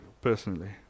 personally